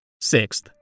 sixth